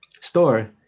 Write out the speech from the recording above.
store